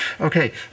Okay